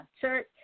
church